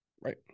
right